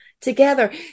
together